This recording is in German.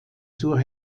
zur